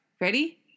Ready